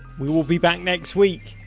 we will be back next week.